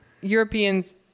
Europeans